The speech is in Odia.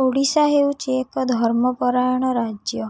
ଓଡ଼ିଶା ହେଉଛି ଏକ ଧର୍ମ ପରାୟଣ ରାଜ୍ୟ